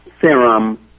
serum